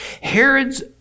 Herod's